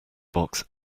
box